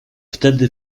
wtedy